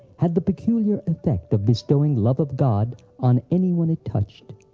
had the peculiar effect of bestowing love of god on anyone it touched.